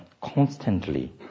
constantly